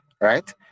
right